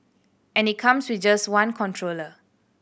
and it comes with just one controller